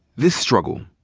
this struggle,